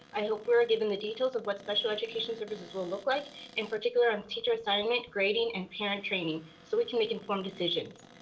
i hope we're giving the details of what special education services will look like in particular on the teacher assignment, grading and parent training. so we can make informed decisions.